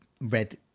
red